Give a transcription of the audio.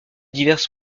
diverses